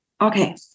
Okay